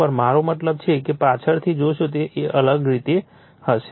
ઉપર મારો મતલબ છે કે જો પાછળથી જોશો તો તે એક અલગ રીત હશે